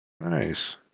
Nice